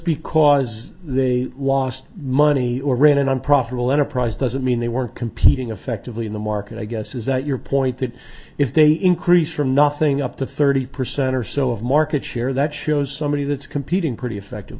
because they lost money or ran an unprofitable enterprise doesn't mean they weren't competing effectively in the market i guess is that your point that if they increase from nothing up to thirty percent or so of market share that shows somebody that's competing pretty effective